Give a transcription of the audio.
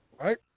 right